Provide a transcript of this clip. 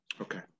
okay